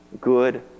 good